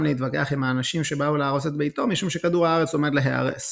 להתווכח עם האנשים שבאו להרוס את ביתו משום שכדור הארץ עומד להיהרס.